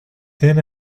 thin